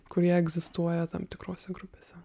kurie egzistuoja tam tikrose grupėse